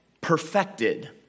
perfected